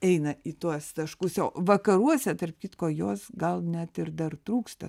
eina į tuos taškus o vakaruose tarp kitko jos gal net ir dar trūksta